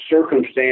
circumstance